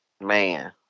Man